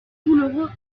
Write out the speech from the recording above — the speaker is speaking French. douloureux